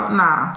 nah